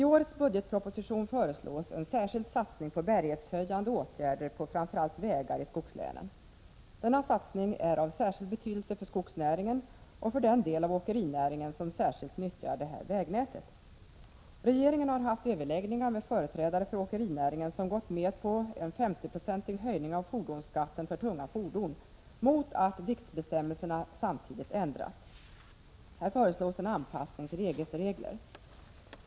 Tårets budgetproposition föreslås en särskild satsning på bärighetshöjande åtgärder på framför allt vägar i skogslänen. Denna satsning är av särskild betydelse för skogsnäringen och för den del av åkerinäringen som särskilt nyttjar detta vägnät. Regeringen har haft överläggningar med företrädare för åkerinäringen, som gått med på en 50-procentig höjning av fordonsskatten för tunga fordon mot att viktbestämmelserna samtidigt ändras. Här föreslås en anpassning till EG:s regler.